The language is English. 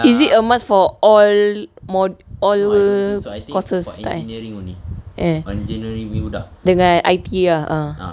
is it a must for all more mod~ all courses tak eh dengan I_T ah